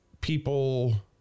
people